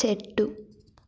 చెట్టు